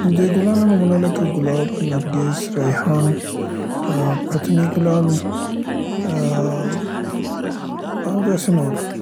د ګلانو نومونه لکه ګلاب، نرګس، ریحان، پتوني ګلان، ا، ا، او داسې نور.